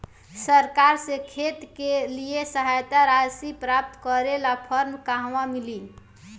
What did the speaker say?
सरकार से खेत के लिए सहायता राशि प्राप्त करे ला फार्म कहवा मिली?